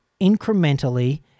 incrementally